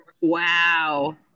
Wow